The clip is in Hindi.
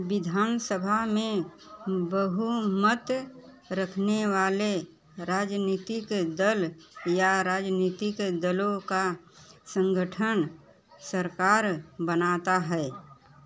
विधान सभा में बहुमत रखने वाले राजनीतिक दल या राजनीतिक दलों का गठबंधन सरकार बनाता है